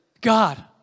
God